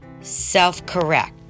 self-correct